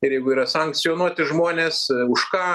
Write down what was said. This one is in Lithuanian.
ir jeigu yra sankcionuoti žmonės už ką